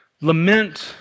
Lament